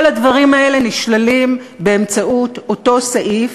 כל הדברים האלה נשללים באמצעות אותו סעיף,